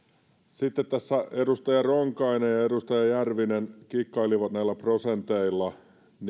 sitten tässä edustaja ronkainen ja edustaja järvinen kikkailivat näillä prosenteilla